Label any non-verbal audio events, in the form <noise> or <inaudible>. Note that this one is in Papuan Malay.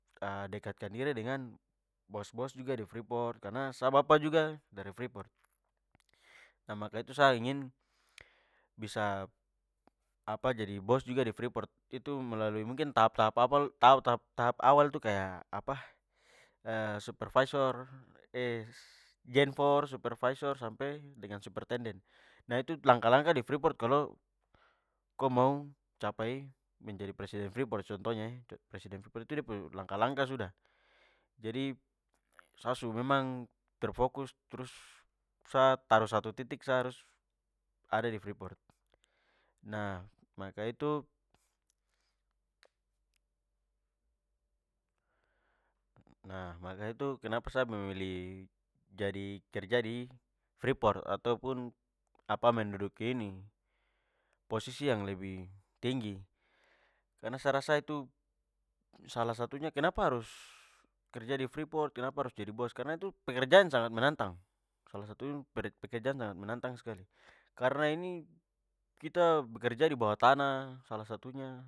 <hesitation> dekatkan diri dengan bos-bos juga di freeport, karna sa bapa juga dari freeport. Nah maka itu, sa ingin bisa apa jadi bos juga di freeport. Itu melalui mungkin tahap-tahap <unintelligible> tahap tahap-tahap- awal itu kaya apa, <hesitation> supervisor, <hesitation> genfor, supervisor sampe dengan supertenden. Nah itu, langkah-langkah di freeport kalo ko mau capai menjadi presiden freeport contohnya e. Presiden freeport itu de pu langkah-langkah sudah. Jadi, sa su memang berfokus trus, sa taruh satu titik trus sa harus ada di freeport. Nah maka itu, nah maka itu- kenapa sa memilih jadi kerja di freeport atau pun apa menduduki ini posisi yang lebih tinggi? Karna sa rasa itu, salah satunya kenapa harus kerja di freeport? Kenapa harus jadi bos? Karna itu pekerjaan yang sangat menantang. Salah satu pekerjaan yang sangat menantang skali. Karna ini kita bekerja di bawah tanah salah satunya